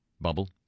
bubble